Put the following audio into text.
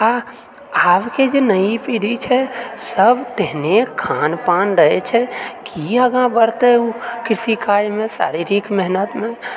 आ आब के जे नइ पीढ़ी छै सभ तेहने खान पान रहैत छै की आगाँ बढ़तय ओ कृषि कार्यमे शारीरिक मेहनतमे